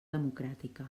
democràtica